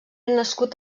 nascut